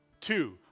two